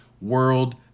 world